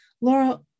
Laura